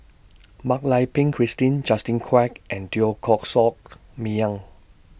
Mak Lai Peng Christine Justin Quek and Teo Koh Socked Miang